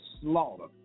slaughter